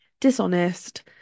dishonest